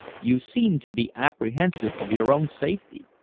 you seem to be apprehensive of your own safety.